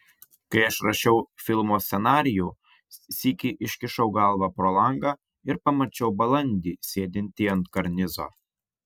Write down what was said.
kai aš rašiau filmo scenarijų sykį iškišau galvą pro langą ir pamačiau balandį sėdintį ant karnizo